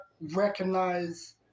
recognize